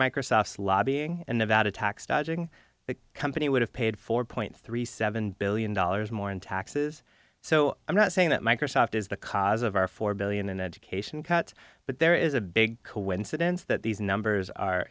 microsoft's lobbying and nevada tax dodging the company would have paid four point three seven billion dollars more in taxes so i'm not saying that it is the cause of our four billion in education cuts but there is a big coincidence that these numbers are